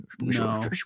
No